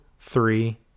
three